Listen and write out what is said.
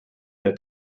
der